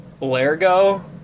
Largo